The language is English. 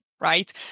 right